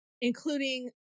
including